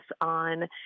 on